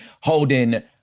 holding